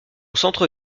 centre